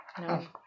No